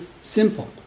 Simple